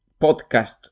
podcast